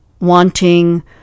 wanting